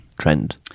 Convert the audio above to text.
trend